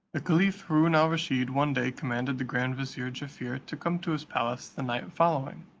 the caliph haroon al rusheed one day commanded the grand vizier jaffier to come to his palace the night following.